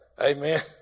amen